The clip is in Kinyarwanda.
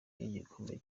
y’igikombe